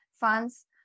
funds